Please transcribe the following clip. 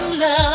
love